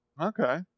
Okay